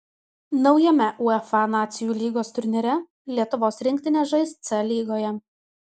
naujame uefa nacijų lygos turnyre lietuvos rinktinė žais c lygoje